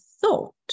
thought